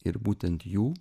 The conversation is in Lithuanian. ir būtent jų